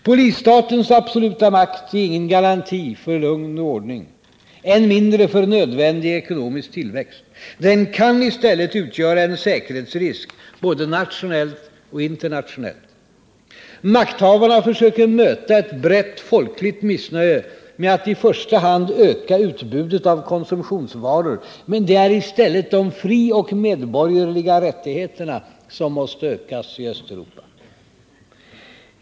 Polisstatens absoluta makt är ingen garanti för lugn och ordning, än mindre för nödvändig ekonomisk tillväxt. Den kan i stället utgöra en säkerhetsrisk, både nationellt och internationellt. Makthavarna försöker möta ett brett folkligt missnöje med att i första hand öka utbudet av konsumtionsvaror. Men det är i stället de frioch medborgerliga rättigheterna som måste ökas i Östeuropa.